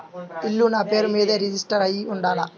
ఇల్లు నాపేరు మీదే రిజిస్టర్ అయ్యి ఉండాల?